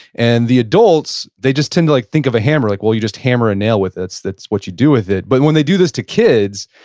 and the adults, they just tend to like think of a hammer, like, well, you just hammer a nail with it. it's what you do with it. but when they do this to kids,